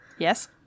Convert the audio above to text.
Yes